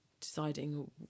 deciding